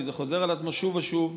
כי זה חוזר על עצמו שוב ושוב,